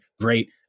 great